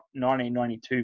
1992